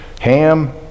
ham